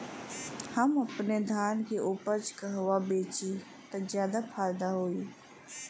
हम अपने धान के उपज कहवा बेंचि त ज्यादा फैदा होई?